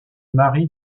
mari